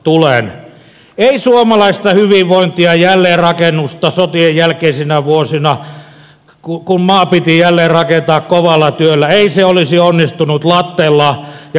ei suomalainen hyvinvointi jälleenrakennus sotien jälkeisinä vuosina kun maa piti jälleenrakentaa kovalla työllä olisi onnistunut lattella ja croissantilla